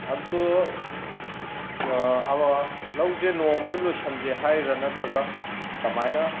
ꯑꯗꯣ ꯂꯧꯖꯦ ꯅꯣꯡꯃꯗ ꯂꯣꯏꯁꯟꯖꯦ ꯍꯥꯏꯔꯤꯔꯤ ꯅꯠꯇ꯭ꯔꯒ ꯀꯃꯥꯏꯅ